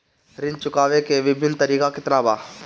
ऋण चुकावे के विभिन्न तरीका केतना बा?